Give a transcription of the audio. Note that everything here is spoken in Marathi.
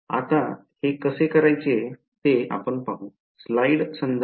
आता हे कसे करायचे ते पाहू